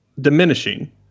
diminishing